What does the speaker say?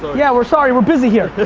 yeah, we're sorry. we're busy here.